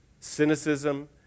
cynicism